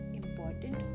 important